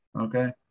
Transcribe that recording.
Okay